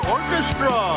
Orchestra